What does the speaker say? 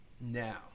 now